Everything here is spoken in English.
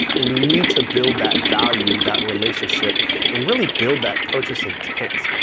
and. we need to build that value, that relationship and really build that purchase intent.